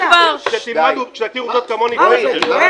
לגיטימי שתהיה ביקורת, אבל עובדות.